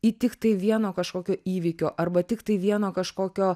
į tiktai vieno kažkokio įvykio arba tiktai vieno kažkokio